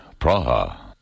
Praha